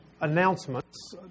announcements